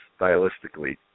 stylistically